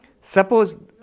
Suppose